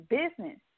business